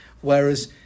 whereas